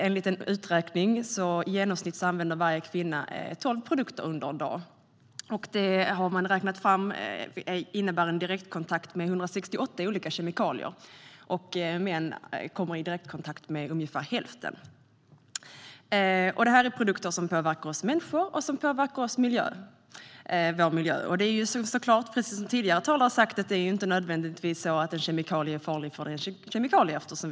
Enligt en uträkning använder varje kvinna i genomsnitt tolv produkter under en dag. Man har räknat ut att det innebär direktkontakt med 168 olika kemikalier. Män kommer i direktkontakt med ungefär hälften av det. Det här är produkter som påverkar oss människor och som påverkar vår miljö. Precis som tidigare talare har sagt är det inte nödvändigtvis så att en kemikalie är farlig för att den är en kemikalie.